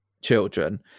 children